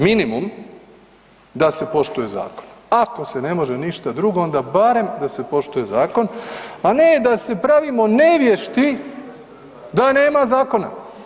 Minimum da se poštuje zakon, ako se ne može ništa drugo, onda barem da se poštuje zakon, a ne da se pravimo nevješti da nema zakona.